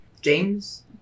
James